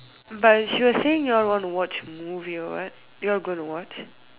but she was saying you all want to watch movie or what you all going to watch